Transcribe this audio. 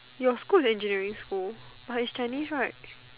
your school engineering school but it's Chinese right